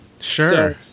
Sure